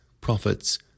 prophets